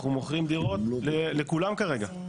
אנחנו מוכרים דירות לכולם כרגע.